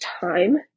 time